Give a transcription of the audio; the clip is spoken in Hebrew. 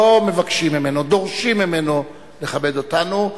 לא מבקשים ממנו, דורשים ממנו לכבד אותנו.